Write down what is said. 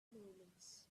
moments